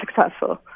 successful